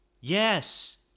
Yes